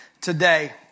today